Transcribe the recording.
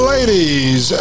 Ladies